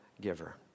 giver